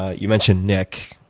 ah you mentioned nick,